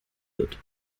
wird